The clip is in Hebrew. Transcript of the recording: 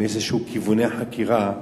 כיווני חקירה,